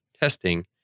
testing